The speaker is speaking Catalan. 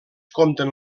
compten